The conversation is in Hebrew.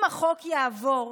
אם החוק יעבור,